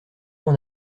mon